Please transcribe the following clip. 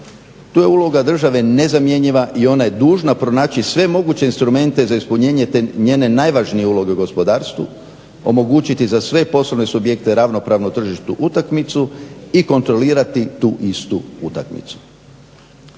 Tu je uloga države nezamjenjiva i ona je dužna pronaći sve moguće instrumente za ispunjenje te njene najvažnije uloge u gospodarstvu, omogućiti za sve poslovne subjekte ravnopravnu tržišnu utakmicu i kontrolirati tu istu utakmicu.